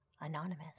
anonymous